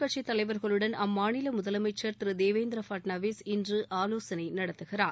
கட்சி தலைவர்களுடன் அம்மாநில முதலமைச்சர் திரு தேவேந்திர பட்நாவிஸ் இன்று ஆலோசளை நடத்துகிறார்